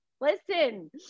Listen